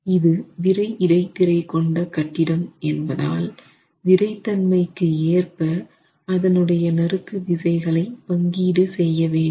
இது விறை இடைத்திரை கொண்ட கட்டிடம் என்பதால் விறைத்தன்மைக்கு ஏற்ப அதனுடைய நறுக்கு விசைகளை பங்கீடு செய்ய வேண்டும்